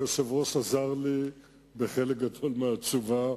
שהיושב-ראש עזר לי בחלק גדול מהתשובה,